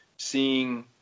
Seeing